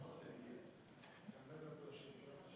הצעה לסדר-היום